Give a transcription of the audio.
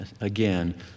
again